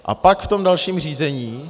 A pak v tom dalším řízení...